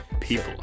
People